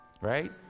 right